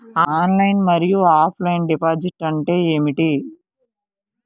Online మరియు offline deposit అంటే ఏమిటి?